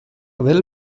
well